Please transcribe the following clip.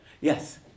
Yes